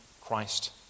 Christ